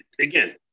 again